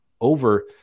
over